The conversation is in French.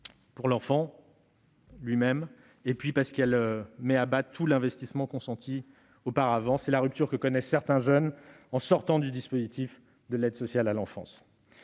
pour l'enfant, parce qu'elle met à bas tout l'investissement consenti auparavant : c'est la rupture que connaissent certains jeunes en sortant du dispositif de l'aide sociale à l'enfance.